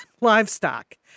livestock